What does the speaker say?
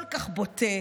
כל כך בוטה,